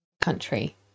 country